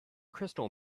crystal